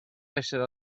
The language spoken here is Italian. essere